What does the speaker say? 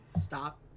Stop